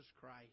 Christ